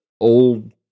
old